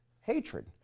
hatred